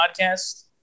podcast